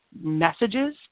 messages